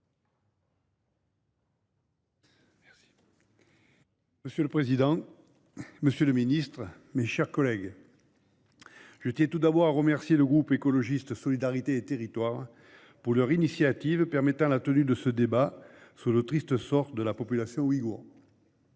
Monsieur le président, monsieur le ministre, mes chers collègues, je tiens tout d'abord à remercier le groupe Écologiste - Solidarité et Territoires de leur initiative, qui permet la tenue de ce débat sur le triste sort de la population ouïghoure.